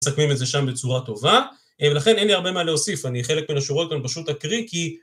מסכמים את זה שם בצורה טובה, ולכן אין לי הרבה מה להוסיף, אני חלק מן השורות גם פשוט אקריא כי...